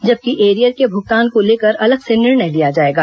जबकि एरियर के भुगतान को लेकर अलग से निर्णय लिया जाएगा